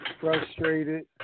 frustrated